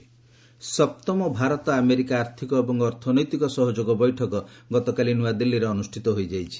India US ସପ୍ତମ Bharat America ଆର୍ଥିକ ଏବଂ ଅର୍ଥନୈତିକ ସହଯୋଗ ବୈଠକ ଗତକାଲି ନୂଆଦିଲ୍ଲୀରେ ଅନୁଷ୍ଠିତ ହୋଇଯାଇଛି